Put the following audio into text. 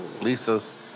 Lisa's